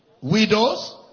widows